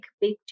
big